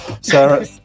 sarah